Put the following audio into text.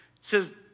says